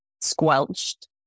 squelched